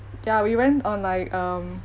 ya we went on like um